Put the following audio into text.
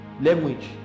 language